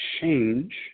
change